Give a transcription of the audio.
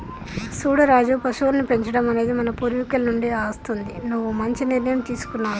సూడు రాజు పశువులను పెంచడం అనేది మన పూర్వీకుల నుండి అస్తుంది నువ్వు మంచి నిర్ణయం తీసుకున్నావ్ రా